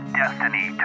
destiny